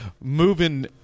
moving